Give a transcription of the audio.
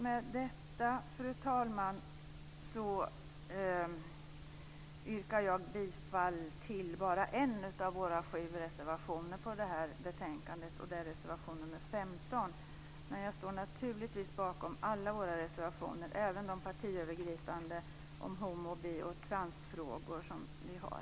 Med detta yrkar jag bifall till bara en av våra sju reservationer till detta betänkande, och det är till reservation nr 15. Men jag står naturligtvis bakom alla våra reservationer, även den partiövergripande motionen om homo-, bi och transfrågor.